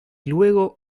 luego